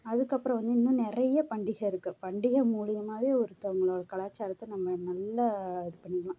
அதுக்கப்புறம் வந்து இன்னும் நிறையா பண்டிகை இருக்குது பண்டிகை மூலயுமாவே ஒருத்தவர்களோட கலாச்சாரத்தை நம்ம நல்லா இது பண்ணலாம்